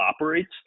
operates